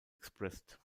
expressed